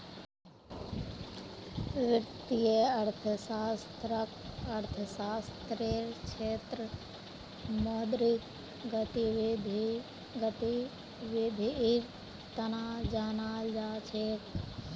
वित्तीय अर्थशास्त्ररक अर्थशास्त्ररेर क्षेत्रत मौद्रिक गतिविधीर तना जानाल जा छेक